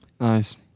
Nice